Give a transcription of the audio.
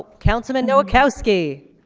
councilman nowakowski.